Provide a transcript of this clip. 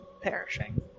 perishing